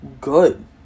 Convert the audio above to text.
good